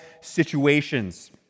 situations